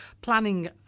planning